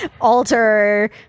alter